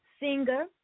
singer